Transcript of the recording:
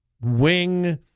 wing